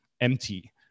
empty